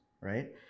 right